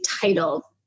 title